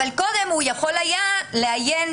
אבל קודם הוא יכול היה לעיין